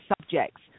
subjects